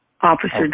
Officer